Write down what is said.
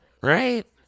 right